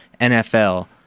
NFL